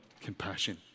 compassion